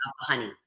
honey